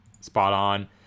spot-on